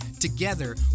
Together